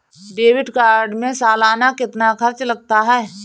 Debit card में सालाना कितना खर्च लगता है?